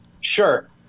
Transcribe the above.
Sure